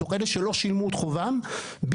מתוך אלה שלא שילמו את חובם בלבד,